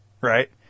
right